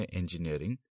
engineering